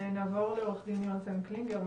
נעבור לעורך דין יהונתן קלינגר,